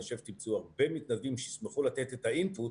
אני חושב שתמצאו הרבה מתנדבים שישמחו לתת את האינפוט.